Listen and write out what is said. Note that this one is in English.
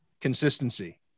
consistency